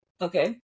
Okay